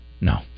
No